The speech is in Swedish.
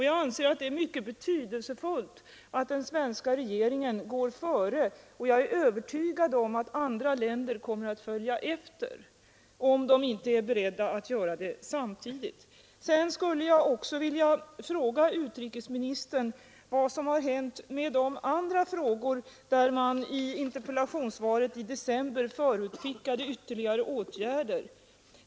Jag anser att det är mycket betydelsefullt att den svenska regeringen går före, och jag är övertygad om att andra länder kommer att följa efter — om de inte är beredda att handla samtidigt. Jag vill också fråga utrikesministern vad som har hänt med de andra frågor beträffande vilka det i interpellationssvaret i december förutskickades ytterligare åtgärder.